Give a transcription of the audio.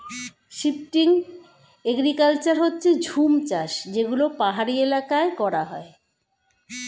shifting agriculture হচ্ছে জুম চাষ যেগুলো পাহাড়ি এলাকায় করা হয়